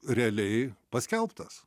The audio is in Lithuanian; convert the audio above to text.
realiai paskelbtas